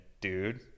dude